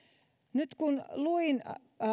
nyt kun luin